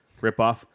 ripoff